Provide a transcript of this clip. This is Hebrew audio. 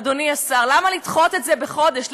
אדוני השר, למה לדחות את זה בחודש?